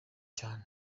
cyane